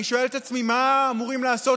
אני שואל את עצמי: מה אמורים לעשות